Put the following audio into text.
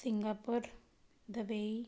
Singapore Dubai